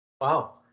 Wow